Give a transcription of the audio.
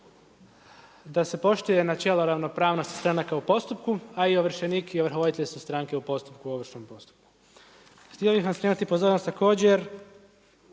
Da se poštuje načelo ravnopravnosti stranaka u postupku, a i ovršenik i ovrhovoditelj su stranke u ovršnom postupku. Htio bi vam skrenut pozornost također